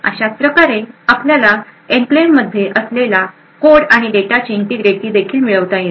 अशाच प्रकारे आपल्याला एन्क्लेव्हमध्ये असलेल्या कोड आणि डेटाची इंटिग्रिटी देखील मिळवता येते